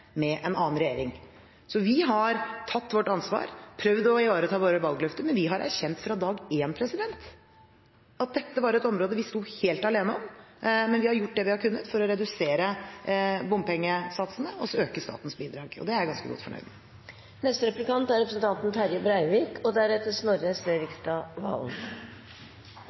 med en annen regjering. Vi har tatt vårt ansvar og prøvd å ivareta våre valgløfter, men vi har erkjent fra dag én at dette var et område hvor vi sto helt alene. Men vi har gjort det vi har kunnet for å redusere bompengesatsene, og øke statens bidrag. Og det er jeg ganske godt fornøyd